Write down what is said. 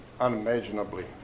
unimaginably